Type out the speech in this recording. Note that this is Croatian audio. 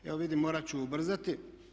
Evo vidim morati ću ubrzati.